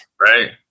right